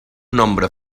nombre